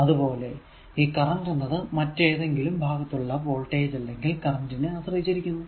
അതുപോലെ ഈ കറന്റ് എന്നത് മറ്റേതെങ്കിലും ഭാഗത്തുള്ള വോൾടേജ് അല്ലെങ്കിൽ കറന്റ് നെ ആശ്രയിച്ചിരിക്കുന്നു